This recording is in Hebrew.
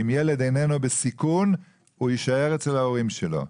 אם ילד איננו בסיכון הוא יישאר אצל ההורים שלו.